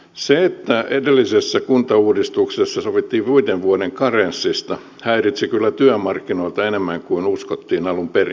se että edellisessä kuntauudistuksessa sovittiin viiden vuoden karenssista häiritsi kyllä työmarkkinoita enemmän kuin uskottiin alun perin